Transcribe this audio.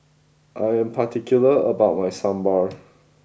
I am particular about my Sambar